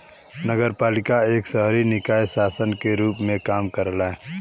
नगरपालिका एक शहरी निकाय शासन के रूप में काम करला